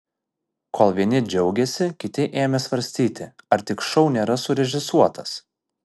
kol vieni džiaugėsi kiti ėmė svarstyti ar tik šou nėra surežisuotas